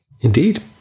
Indeed